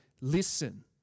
listen